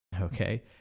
Okay